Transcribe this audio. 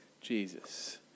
Jesus